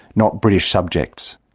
not british subjects.